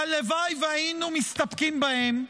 והלוואי שהיינו מסתפקים בהם,